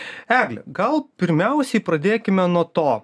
egle gal pirmiausiai pradėkime nuo to